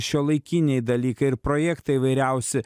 šiuolaikiniai dalykai ir projektai įvairiausi